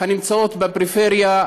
הנמצאות בפריפריה,